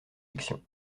fiction